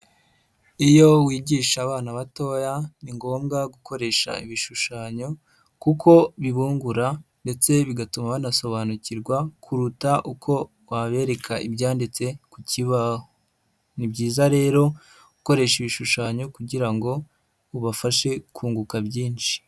Iyo wigisha abana batoya ni ngombwa gukoresha ibishushanyo kuko bibungura ndetse bigatuma banasobanukirwa kuruta uko wabereka ibyanditse ku kibaho, ni byiza rero gukoresha ibishushanyo kugira ngo ubafashe kunguka byinshi.